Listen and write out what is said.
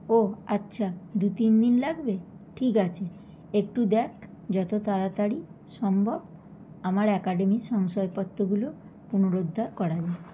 ও আচ্ছা দু তিন দিন লাগবে ঠিক আছে একটু দেখ যত তাড়াতাড়ি সম্ভব আমার একাডেমির শংসাপত্রগুলো পুনরুদ্ধার করা যায়